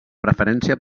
preferència